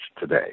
today